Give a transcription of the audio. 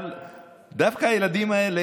אבל דווקא הילדים האלה,